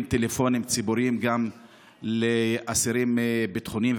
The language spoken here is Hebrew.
טלפונים ציבוריים גם לאסירים ביטחוניים,